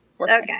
Okay